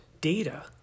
data